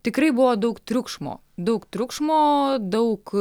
tikrai buvo daug triukšmo daug triukšmo daug